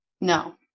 No